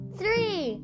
three